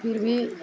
फिर भी